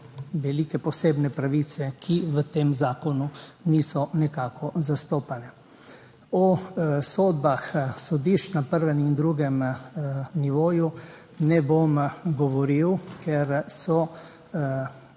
velike, posebne pravice, ki v tem zakonu niso nekako zastopane. O sodbah sodišč na prvem in drugem nivoju ne bom govoril, ker se